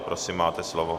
Prosím, máte slovo.